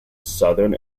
southern